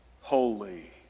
holy